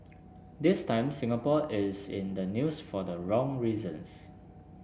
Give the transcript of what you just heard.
this time Singapore is in the news for the wrong reasons